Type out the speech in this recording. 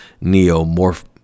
neo-morph